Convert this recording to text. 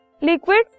Liquids